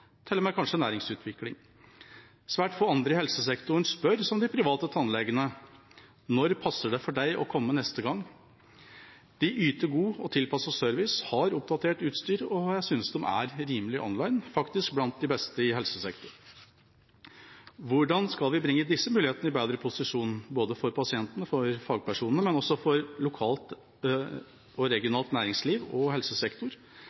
kanskje til og med næringsutvikling. Svært få andre i helsesektoren spør som de private tannlegene: «Når passer det for deg å komme neste gang?» De yter god og tilpasset service, har oppdatert utstyr, og jeg synes de er rimelig online, faktisk blant de beste i helsesektoren. Hvordan skal vi bringe disse mulighetene i bedre posisjon, både for pasientene og for fagpersonene, og også for lokalt og regionalt næringsliv og helsesektor?